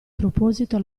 proposito